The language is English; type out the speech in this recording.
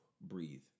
breathe